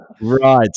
Right